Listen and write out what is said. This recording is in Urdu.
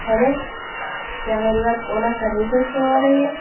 ہیلو کیا میری بات اولا سروسز سے ہو رہی ہے